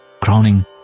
crowning